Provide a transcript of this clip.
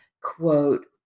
quote